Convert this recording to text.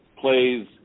plays